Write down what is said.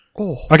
Okay